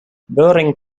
bowring